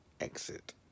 exit